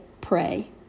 pray